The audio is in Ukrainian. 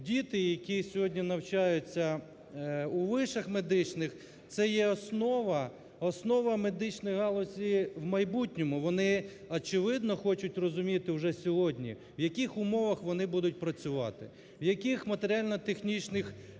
Діти, які сьогодні навчаються у вишах медичних, – це є основа, основа медичної галузі в майбутньому. Вони, очевидно, хочуть розуміти уже сьогодні, в яких умовах вони будуть працювати, в яких матеріально-технічних